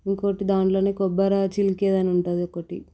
ఇంకొకటి దాంట్లోనే కొబ్బరి చిలికేదని ఉంటుంది ఒకటి